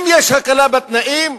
אם יש הקלה בתנאים,